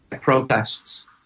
protests